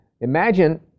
imagine